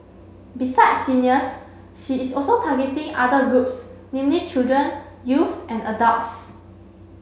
besides seniors she is also targeting other groups namely children youth and adults